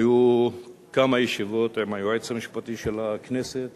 היו כמה ישיבות עם היועץ המשפטי של הכנסת,